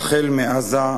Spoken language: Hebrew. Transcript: החל בעזה,